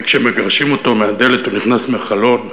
וכשמגרשים אותו מהדלת הוא נכנס מהחלון,